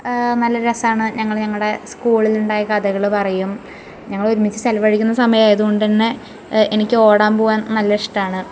നല്ല രസമാണ് ഞങ്ങൾ ഞങ്ങളുടെ സ്കൂളിലുണ്ടായ കഥകൾ പറയും ഞങ്ങൾ ഒരുമിച്ച് ചിലവഴിക്കുന്ന സമയമായതുകൊണ്ടന്നെ എനിക്ക് ഓടാൻ പോവാൻ നല്ല ഇഷ്ട്ടമാണ്